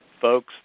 folks